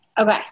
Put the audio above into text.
Okay